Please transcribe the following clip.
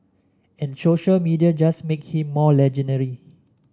and social media just make him more legendary